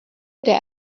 der